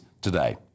today